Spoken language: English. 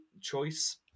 choice